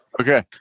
Okay